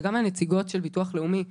וגם מהנציגות של ביטוח לאומי,